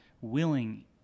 willing